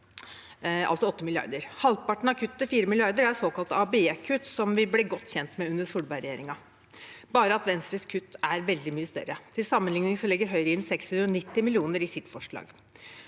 Halvparten av kuttet, 4 mrd. kr, er såkalte ABE-kutt som vi ble godt kjent med under Solberg-regjeringen, bare at Venstres kutt er veldig mye større. Til sammenligning legger Høyre inn 690 mill. kr i sitt forslag.